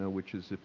which is,